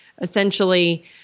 essentially